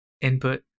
Input